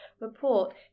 report